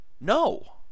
No